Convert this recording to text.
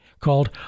called